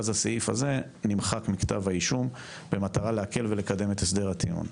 ואז הסעיף הזה נמחק מכתב האישום במטרה להקל ולקדם את הסדר הטיעון.